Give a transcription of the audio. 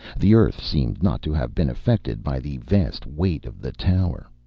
the earth seemed not to have been affected by the vast weight of the tower.